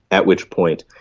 at which point,